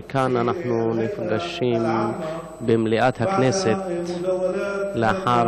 ואנחנו נפגשים כאן במליאת הכנסת לאחר